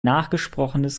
nachgesprochenes